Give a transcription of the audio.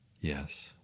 Yes